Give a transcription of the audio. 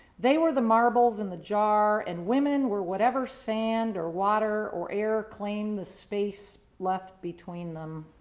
they were the marbles in the jar and women were whatever sand or water or air claim the space left between them.